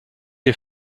les